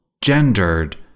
gendered